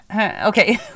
Okay